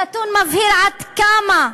הנתון מבהיר עד כמה,